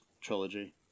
trilogy